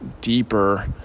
deeper